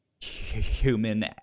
human